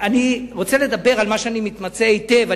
אני רוצה לדבר על מה שאני מתמצא בו היטב.